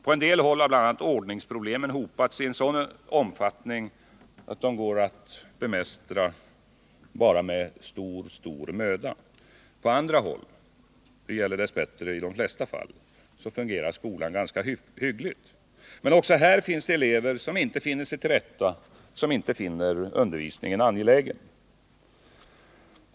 På en del håll har bl.a. ordningsproblemen hopat sig i sådan omfattning att de bara går att bemästra med stor möda. På andra håll, och det gäller dess bättre i de flesta fall, fungerar skolan ganska hyggligt. Men också här finns det elever som inte finner sig till rätta, som inte finner undervisningen angelägen.